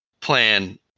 plan